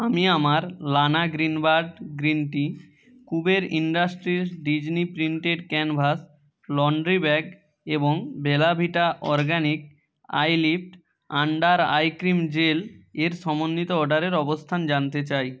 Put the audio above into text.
আমি আমার লানা Greenbird green tea Kuber industries Disney printed canvas laundry bag এবং Bella Vita organic eye lift under eye cream gel এর সমন্বিত অর্ডারের অবস্থান জানতে চাই